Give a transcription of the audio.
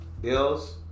Bills